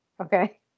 okay